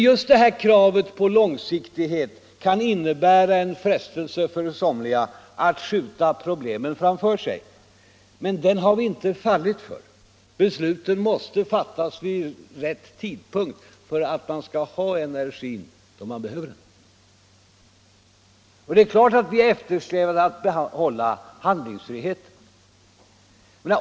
Just detta krav på långsiktighet kan innebära en frestelse för somliga att skjuta problemen framför sig. Men den har vi inte fallit för. Besluten måste fattas vid rätt tidpunkt för att man skall ha energin när man behöver den. Vi eftersträvar givetvis att behålla handlingsfriheten.